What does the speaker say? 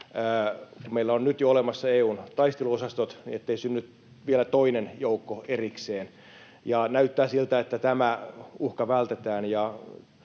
meillä on nyt jo olemassa EU:n taisteluosastot, niin ettei synny vielä toinen joukko erikseen. Näyttää siltä, että tämä uhka vältetään